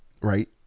right